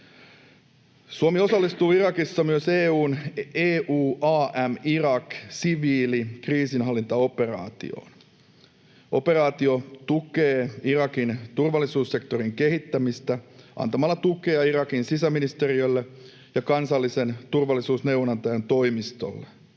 Suomi osallistuu Irakissa myös EU:n EUAM Iraq ‑siviilikriisinhallintaoperaatioon. Operaatio tukee Irakin turvallisuussektorin kehittämistä antamalla tukea Irakin sisäministeriölle ja kansallisen turvallisuusneuvonantajan toimistolle.